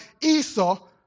Esau